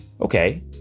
okay